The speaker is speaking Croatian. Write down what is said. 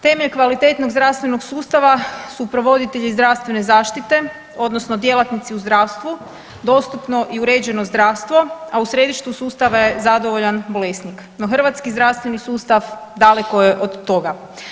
Temelj kvalitetnog zdravstvenog sustava su provoditelje zdravstvene zaštite odnosno djelatnici u zdravstvu, dostupno i uređeno zdravstvo, a u središtu sustava je zadovoljan bolesnik, no hrvatski zdravstveni sustav daleko je od toga.